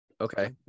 Okay